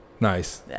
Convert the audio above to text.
Nice